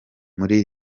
muri